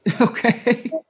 Okay